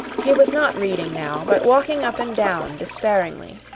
he was not reading now, but walking up and down despairingly.